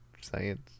science